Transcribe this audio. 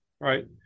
Right